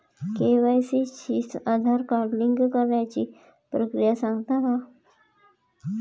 KYC शी Aadhaar card link करण्याची प्रक्रिया सांगता का?